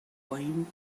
wine